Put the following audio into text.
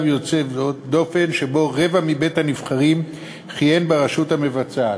יוצא דופן שבו רבע מבית-הנבחרים כיהן ברשות המבצעת.